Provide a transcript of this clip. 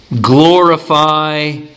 glorify